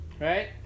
right